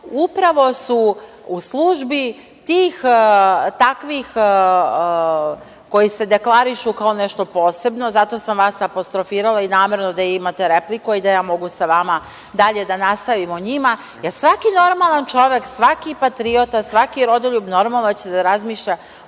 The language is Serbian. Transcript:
upravo su u službi tih i takvih koji se deklarišu kao nešto posebno. Zato sam vas apostrofirala i namerno da imate repliku i da ja mogu sa vama dalje da nastavim o njima, jer svaki normalan čovek, svaki patriota, svaki rodoljub normalno da će da razmišlja